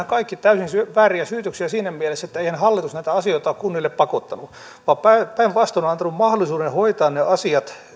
kaikki täysin vääriä syytöksiä siinä mielessä että eihän hallitus näitä asioita ole kunnille pakottanut vaan päinvastoin antanut mahdollisuuden hoitaa ne asiat